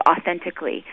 authentically